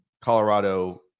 Colorado